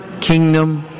kingdom